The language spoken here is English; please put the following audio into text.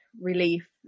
relief